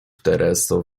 tereso